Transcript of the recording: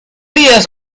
rías